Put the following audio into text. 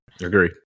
Agree